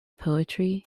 poetry